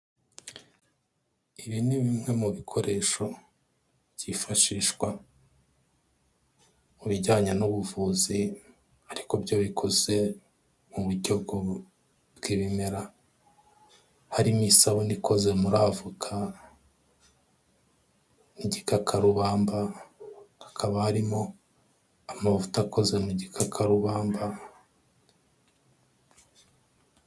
Ibi ni bimwe mu bikoresho, byifashishwa mu bijyanye n'ubuvuzi, ariko byo bikoze mu buryo bw'ibimera, harimo isabune ikoze muri avoka, n'igikakarumba, hakaba harimo amavuta akoze mu gikakarubamba...